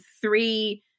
three